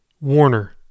Warner